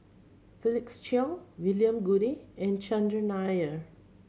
Felix Cheong William Goode and Chandran Nair